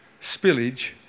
spillage